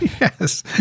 Yes